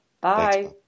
Bye